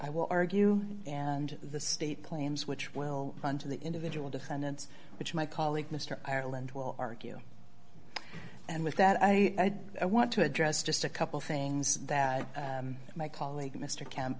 i will argue and the state claims which will run to the individual defendants which my colleague mr ireland will argue and with that i want to address just a couple things that my colleague mr